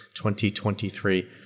2023